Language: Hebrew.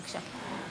בבקשה.